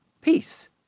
peace